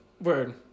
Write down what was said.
Word